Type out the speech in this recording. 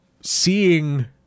Seeing